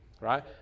right